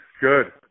Good